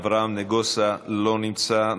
אברהם נגוסה, לא נמצא.